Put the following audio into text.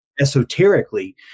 Esoterically